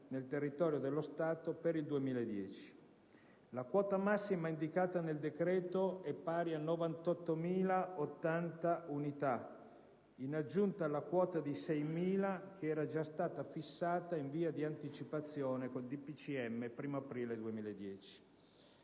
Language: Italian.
nel territorio dello Stato, per l'anno 2010. La quota massima indicata nel decreto è pari a 98.080 unità, in aggiunta alla quota di 6.000 unità che era già stata fissata, in via di anticipazione, con il decreto